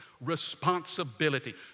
Responsibility